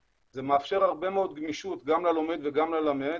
זה מאפשר הרבה גמישות גם ללומד וגם למלמד.